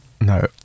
No